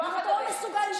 אתם לא תקראו לנו "שמאלנים".